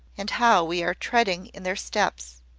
and how we are treading in their steps.